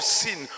sin